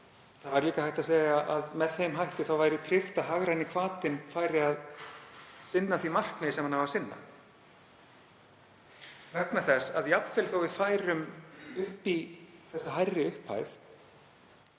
Það er líka hægt að segja að með þeim hætti væri tryggt að hagræni hvatinn færi að sinna því markmiði sem hann á að sinna, vegna þess að jafnvel þó að við færum upp í þessa hærri upphæð